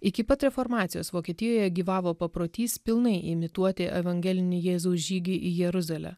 iki pat reformacijos vokietijoje gyvavo paprotys pilnai imituoti evangelinį jėzaus žygį į jeruzalę